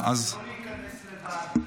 לא להיכנס לבד,